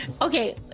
Okay